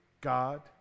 God